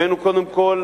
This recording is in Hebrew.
קודם כול,